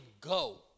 go